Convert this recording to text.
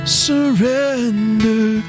surrender